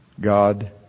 God